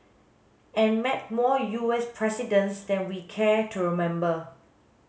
and met more U S presidents than we care to remember